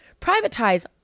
privatize